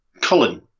Colin